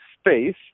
space